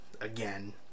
again